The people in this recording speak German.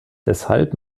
deshalb